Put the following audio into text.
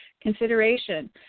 consideration